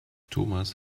thomas